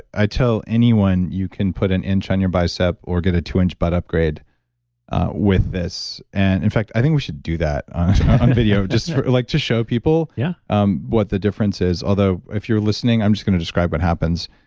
i tell anyone you can put an inch on your bicep, or get a two inch butt upgrade with this. and in fact, i think we should do that on video. just like to show people yeah um what the difference is although if you're listening, i'm just going to describe what happens.